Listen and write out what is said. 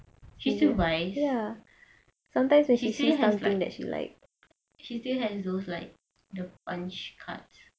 she still buys she still has like she still has those like the punch cards